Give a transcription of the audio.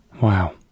Wow